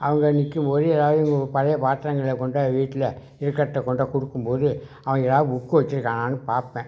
அவங்க நிற்கும் போது ஏதாவது பழைய பாத்திரங்களை கொண்ட வீட்டில் இருக்கிறத கொண்ட கொடுக்கும் போது அவங்க எதாது புக்கு வச்சிருக்காங்களான்னு பார்ப்பேன்